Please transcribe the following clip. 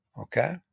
Okay